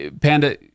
Panda